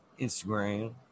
Instagram